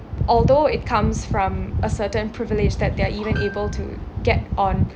although it comes from a certain privilege that they're even able to get on